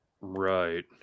Right